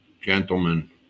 gentlemen